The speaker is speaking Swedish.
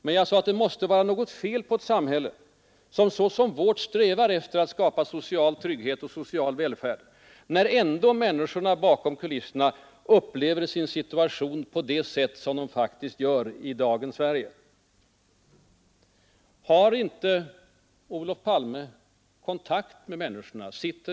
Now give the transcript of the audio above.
Men jag sade att det måste vara något fel på ett samhälle vilket så som vårt strävar efter att skapa social trygghet och social välfärd, när människorna bakom kulisserna ändå upplever sin situation på det sätt som de faktiskt gör i dagens Sverige. Har inte Olof Palme kontakt med människorna?